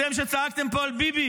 אתם שצעקתם פה על ביבי: